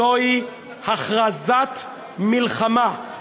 זוהי הכרזת מלחמה.